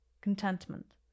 contentment